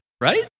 right